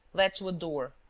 led to a door,